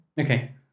Okay